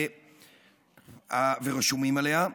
רשומים עליה,